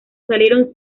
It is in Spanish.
salieron